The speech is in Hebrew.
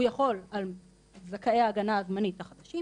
הוא יחול על זכאי ההגנה הזמנית החדשים,